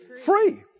Free